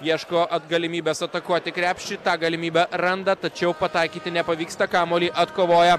ieško at galimybės atakuoti krepšį tą galimybę randa tačiau pataikyti nepavyksta kamuolį atkovoja